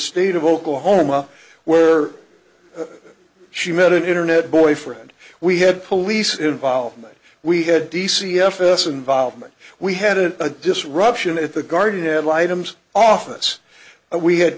state of oklahoma where she met an internet boyfriend we had police involvement we had d c fs involvement we had a disruption at the guardian ad litum office we had